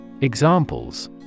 Examples